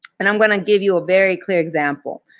and i'm going to give you a very clear example.